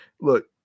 Look